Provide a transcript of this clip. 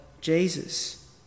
Jesus